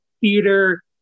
theater